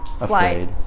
afraid